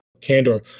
Candor